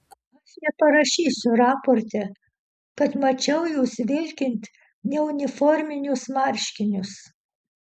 aš neparašysiu raporte kad mačiau jus vilkint neuniforminius marškinius